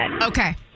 Okay